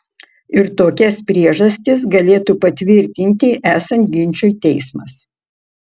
ir tokias priežastis galėtų patvirtinti esant ginčui teismas